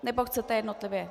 Nebo chcete jednotlivě.